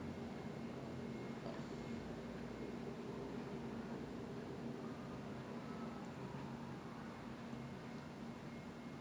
so when I was in secondary school I just played the drums for the band wasn't really like create interested in making music I was just like என்ன பாட்டு போட்டாலும்:enna paattu potaalum I will just play the drums for it lah